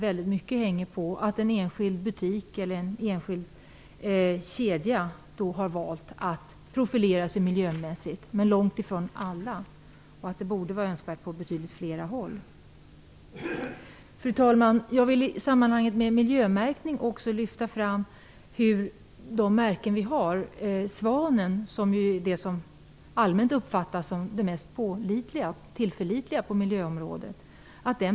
Väldigt mycket hänger på om en enskild butik eller kedja har valt att profilera sig miljömässigt. Långt ifrån alla har gjort det, men det vore önskvärt med betydligt flera. Fru talman! Jag vill i samband med frågan om miljömärkning lyfta fram märket Svanen, som allmänt uppfattas som det mest tillförlitliga på området.